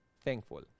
thankful